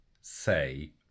say